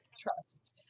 trust